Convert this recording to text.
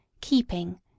keeping